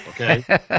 okay